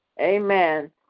Amen